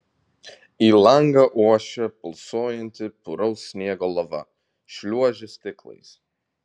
į langą ošė pulsuojanti puraus sniego lava šliuožė stiklais